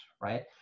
right